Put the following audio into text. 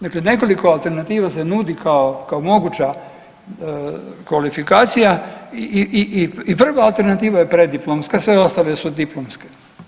Dakle, nekoliko alternativa se nudi kao, kao moguća kvalifikacija i prva alternativa je preddiplomska, sve ostale su diplomske.